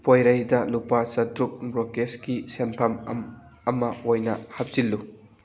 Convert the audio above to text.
ꯄꯣꯏꯔꯩꯗ ꯂꯨꯄꯥ ꯆꯇ꯭ꯔꯨꯛ ꯕ꯭ꯔꯣꯛꯀꯦꯁꯀꯤ ꯁꯦꯟꯐꯝ ꯑꯃ ꯑꯣꯏꯅ ꯍꯥꯞꯆꯤꯜꯂꯨ